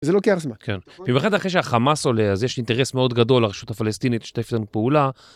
זה לוקח זמן.כן, במיוחד אחרי שהחמאס עולה, אז יש אינטרס מאוד גדול לרשות הפלסטינית לשתף איתנו פעולה.